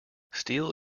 steel